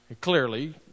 clearly